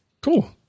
Cool